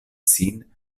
sin